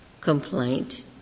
complaint